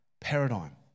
paradigm